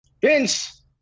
Vince